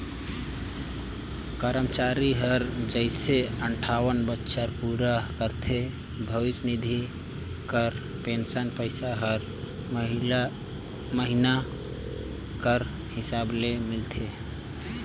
करमचारी हर जइसे अंठावन बछर पूरा करथे भविस निधि कर पेंसन पइसा हर महिना कर हिसाब ले मिलथे